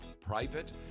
private